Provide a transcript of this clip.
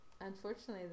unfortunately